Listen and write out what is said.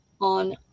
on